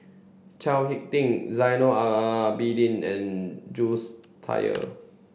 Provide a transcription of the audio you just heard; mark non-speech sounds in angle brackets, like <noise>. Chao Hick Tin Zainal <unintelligible> Abidin and Jules <unintelligible>